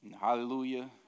Hallelujah